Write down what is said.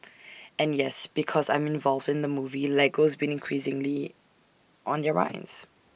and yes because I'm involved in the movie Lego's been increasingly on their minds